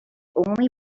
only